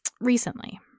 recently